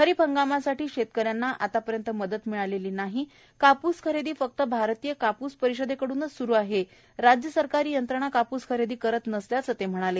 खरीप हंगामासाठी शेतकऱ्यांना आतापर्यंत मदत नाही कापूस खरेदी फक्त भारतीय कापूस परिषदेकडूनच स्रू आहे राज्य सरकारी यंत्रणा कापूस खरेदी करत नसल्याचं फडणवीस यांनी सांगितलं